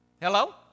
Hello